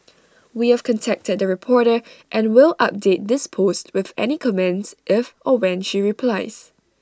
we have contacted the reporter and will update this post with any comments if or when she replies